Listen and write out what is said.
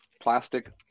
plastic